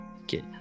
Okay